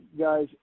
guys